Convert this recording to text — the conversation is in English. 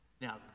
Now